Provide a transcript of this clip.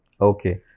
Okay